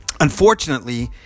Unfortunately